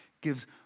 gives